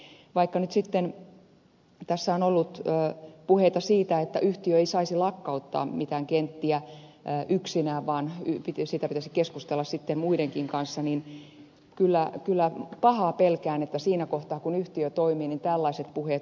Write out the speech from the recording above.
vaikka nyt sitten tässä on ollut puheita siitä että yhtiö ei saisi lakkauttaa mitään kenttiä yksinään vaan siitä pitäisi keskustella muidenkin kanssa niin kyllä pahaa pelkään että siinä kohtaa kun yhtiö toimii tällaiset puheet unohtuvat